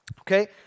Okay